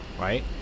right